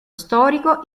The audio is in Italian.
storico